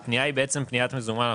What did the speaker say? הפנייה היא בעצם פניית מזומן.